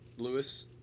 Lewis